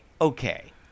okay